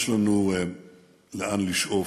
יש לנו לאן לשאוף.